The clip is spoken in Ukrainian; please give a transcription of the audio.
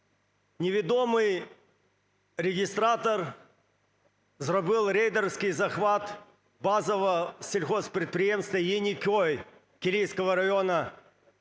Невідомий реєстратор зробив рейдерський захват базового сільгосппідприємства "Єнікіой" Кілійського району